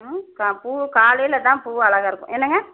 பூ காலையில் தான் பூ அழகாக இருக்கும் என்னங்க